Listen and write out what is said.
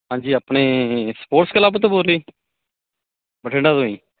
ਹਾਂਜੀ ਆਪਣੇ sports club ਤੋਂ ਬੋਲ ਰਹੇ ਬਠਿੰਡਾ ਤੋਂ ਜੀ